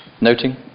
Noting